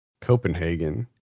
copenhagen